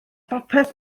bopeth